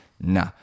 Nah